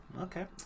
okay